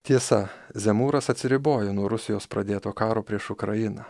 tiesa zemūras atsiribojo nuo rusijos pradėto karo prieš ukrainą